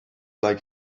like